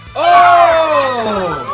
oh!